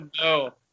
no